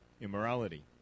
immorality